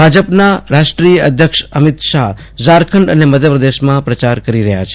ભાજપના રાષ્ટ્રીય અધ્યક્ષ અમિત શાહ ઝારખંડ અને મધ્યપ્રદેશમાં પ્રચાર કરી રહ્યા છે